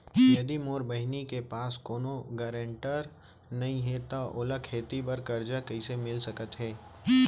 यदि मोर बहिनी के पास कोनो गरेंटेटर नई हे त ओला खेती बर कर्जा कईसे मिल सकत हे?